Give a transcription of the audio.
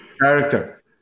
character